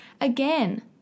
again